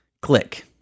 Click